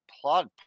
plug